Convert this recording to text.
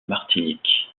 martinique